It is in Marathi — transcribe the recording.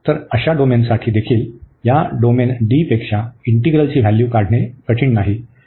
तर अशा डोमेनसाठी देखील या डोमेन D पेक्षा इंटीग्रलची व्हॅल्यू काढणे कठीण नाही